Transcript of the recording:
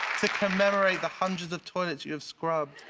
to commemorate the hundreds of toilets you have scrubbed.